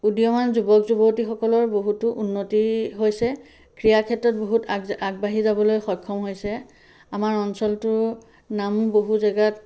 উদীয়মান যুৱক যুৱতীসকলৰ বহুতো উন্নতি হৈছে ক্ৰীড়া ক্ষেত্ৰত বহুত আগ আগবাঢ়ি যাবলৈ সক্ষম হৈছে আমাৰ অঞ্চলটোৰ নামো বহু জেগাত